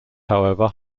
however